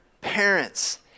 parents